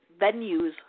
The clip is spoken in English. venues